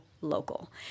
local